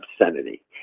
obscenity